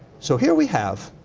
so, here we have